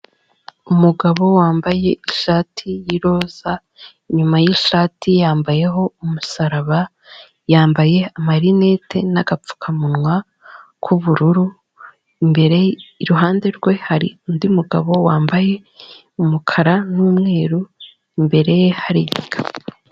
Umugabo wambaye ishati y'iroza inyuma y'ishati yambayeho umusaraba yambaye amalinete n'agapfukamunwa k'ubururu iruhande rwe hari undi mugabo wambaye umukara n'umweru imbere ye hari igikapu.